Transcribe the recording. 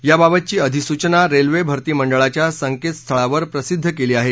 याबाबतची अधिसूचना रेल्वे भरती मंडळाच्या संकेतस्थळावर प्रसिद्ध केली आहे